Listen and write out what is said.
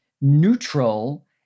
neutral